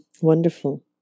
Wonderful